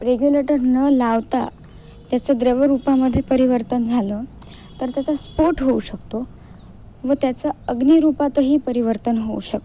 regulator न लावता त्याचं द्रवरूपामध्ये परिवर्तन झालं तर त्याचा स्फोट होऊ शकतो व त्याचं अग्निरूपातही परिवर्तन होऊ शकतं